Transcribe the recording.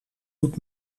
doet